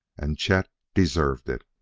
and chet deserved it.